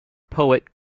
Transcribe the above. poet